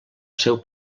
seu